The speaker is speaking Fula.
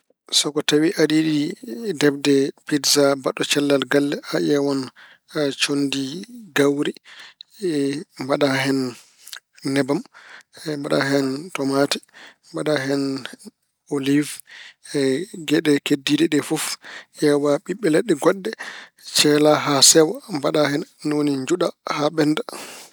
So ko tawi aɗa yiɗi defde pijja mbaɗɗo cellal galle, a ƴeewan conndi gawri, mbaɗa hen nebam, mbaɗa tomaate, mbaɗa hen oliiw e geɗe keddiiɗe ɗe fof. Ƴeewa ɓiɓɓe leɗɗe goɗɗe, ceela haa sewa mbaɗa hen, njuɗa haa ɓennda.